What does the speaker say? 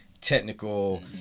technical